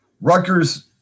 Rutgers